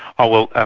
oh well,